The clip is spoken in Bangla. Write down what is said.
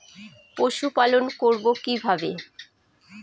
পশুপালন করব কিভাবে?